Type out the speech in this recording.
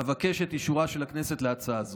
אבקש את אישורה של הכנסת להצעה זו.